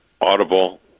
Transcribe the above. audible